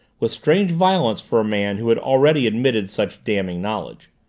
with strange violence for a man who had already admitted such damning knowledge.